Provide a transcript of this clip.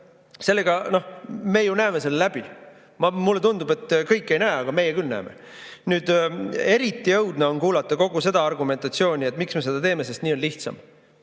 Selle me ju näeme läbi. Mulle tundub, et kõik ei näe, aga meie küll näeme. Eriti õudne on kuulata kogu argumentatsiooni selle kohta, miks me seda teeme: sest nii on lihtsam.